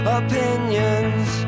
opinions